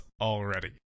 already